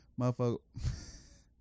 Motherfucker